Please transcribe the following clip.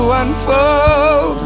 unfold